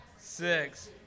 six